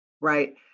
Right